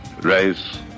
raise